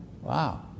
Wow